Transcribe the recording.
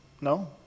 No